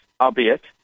albeit